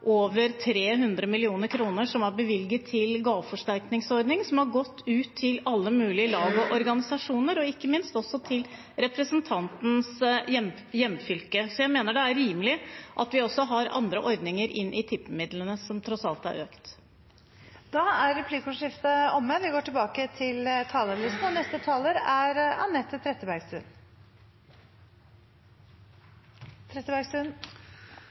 over 300 mill. kr som er bevilget til gaveforsterkningsordningen, som har gått ut til alle mulige lag og organisasjoner, ikke minst også i representantens hjemfylke. Jeg mener det er rimelig at vi også tar andre ordninger inn i tippemidlene, som tross alt har økt. Replikkordskiftet er omme. Etter seks år med høyreregjeringens kuttpolitikk for å finansiere skattekutt til